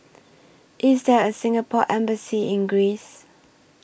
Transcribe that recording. IS There A Singapore Embassy in Greece